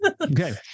Okay